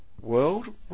...world